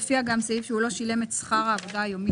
הופיע גם סעיף "שהוא לא שילם את שכר העבודה היומי